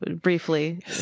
briefly